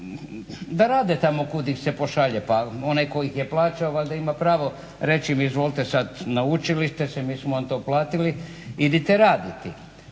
da rade tamo kud ih se pošalje, pa onaj tko ih je plaćao valjda ima pravo reći izvolite sad naučili ste se, mi smo vam to platili, idite raditi.